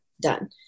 Done